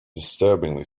disturbingly